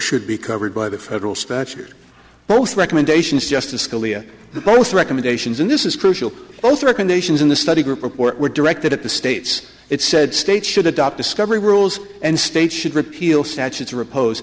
should be covered by the federal statute both recommendations justice scalia both recommendations and this is crucial both recommendations in the study group report were directed at the states it said states should adopt discovery rules and states should repeal statutes repos